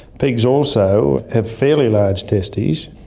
pigs also have fairly large testes.